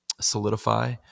solidify